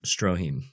Stroheim